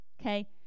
Okay